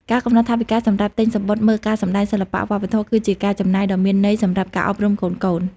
ការកំណត់ថវិកាសម្រាប់ទិញសំបុត្រមើលការសម្តែងសិល្បៈវប្បធម៌ គឺជាការចំណាយដ៏មានន័យសម្រាប់ការអប់រំកូនៗ។